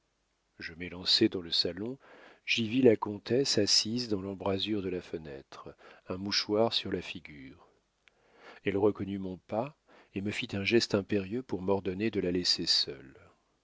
je m'élançai dans le salon j'y vis la comtesse assise dans l'embrasure de la fenêtre un mouchoir sur la figure elle reconnut mon pas et me fit un geste impérieux pour m'ordonner de la laisser seule